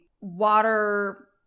water